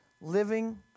living